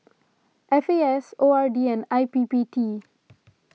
F A S O R D and I P P T